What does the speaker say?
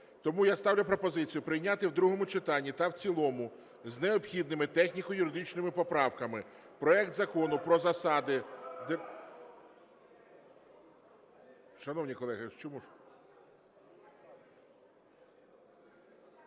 Тому я ставлю пропозицію прийняти в другому читанні та в цілому з необхідними техніко-юридичними поправками проект Закону про засади…